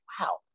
wow